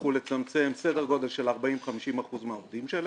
יצטרכו לצמצם סדר גודל של 40%-50% מהעובדים שלהם.